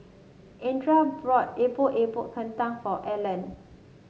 Andrea brought Epok Epok Kentang for Allen